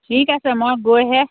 ঠিক আছে মই গৈহে